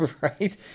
right